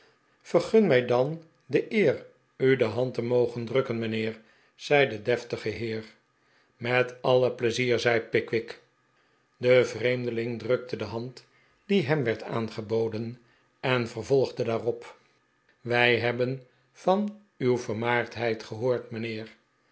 gun mij dan de eer u de hand te mogen drukken mijnheer zei de deftige heer met alle pleizier zei pickwick de vreemdeling drukte de hand die hem werd aangeboden en vervolgde daarop wij hebben van uw vermaardheid gehoord mijnheer